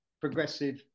progressive